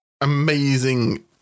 amazing